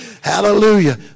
Hallelujah